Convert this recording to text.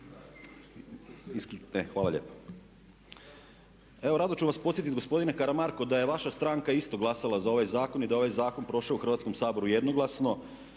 Evo, rado ću vas podsjetiti gospodine Karamarko, da je vaša stranka isto glasala za ovaj zakon i da je ovaj zakon prošao u Hrvatskom saboru jednoglasno,